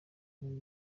muri